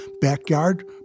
backyard